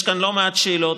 יש כאן גם לא מעט שאלות,